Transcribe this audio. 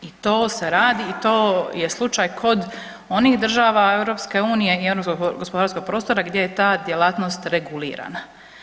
I to se radi i to je slučaj kod onih država EU-a i europskog gospodarskog prostora gdje je ta djelatnost regulirana.